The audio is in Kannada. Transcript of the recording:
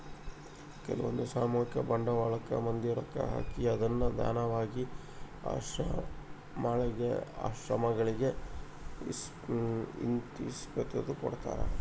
ಕೆಲ್ವಂದು ಸಾಮೂಹಿಕ ಬಂಡವಾಳಕ್ಕ ಮಂದಿ ರೊಕ್ಕ ಹಾಕಿ ಅದ್ನ ದಾನವಾಗಿ ಆಶ್ರಮಗಳಿಗೆ ಇಂತಿಸ್ಟೆಂದು ಕೊಡ್ತರಾ